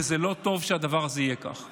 וזה לא טוב שהדבר הזה יהיה כך.